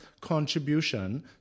contribution